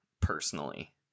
personally